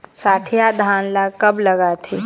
सठिया धान ला कब लगाथें?